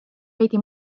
veidi